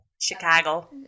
Chicago